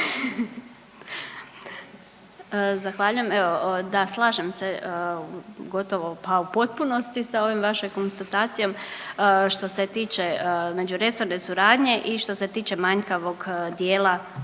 Zahvaljujem. Evo, da slažem se gotovo pa u potpunosti sa ovom vašom konstatacijom. Što se tiče međuresorne suradnje i što se tiče manjkavog dijela